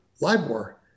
LIBOR